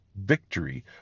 victory